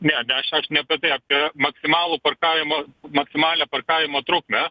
ne d aš aš ne apie tai apie maksimalų parkavimo maksimalią parkavimo trukmę